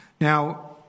Now